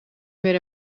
meer